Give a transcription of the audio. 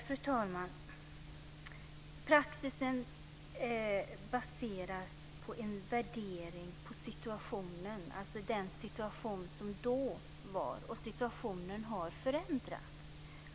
Fru talman! Praxis baseras på en värdering av den situation som då rådde, men situationen har förändrats.